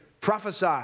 Prophesy